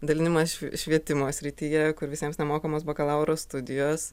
dalinimas šv švietimo srityje kur visiems nemokamos bakalauro studijos